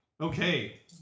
Okay